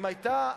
אם היתה,